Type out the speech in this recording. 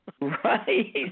Right